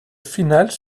finale